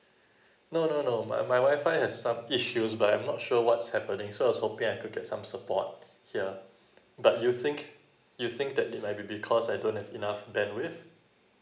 no no no my my WI-FI has some issues but I'm not sure what's happening so I was hoping I could get some support here but you think you think that it might be because I don't have enough bandwidth